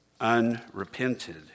unrepented